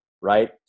right